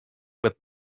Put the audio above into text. with